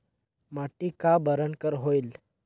माटी का बरन कर होयल?